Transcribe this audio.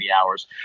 hours